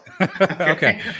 Okay